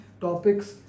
topics